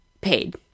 paid